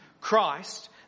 Christ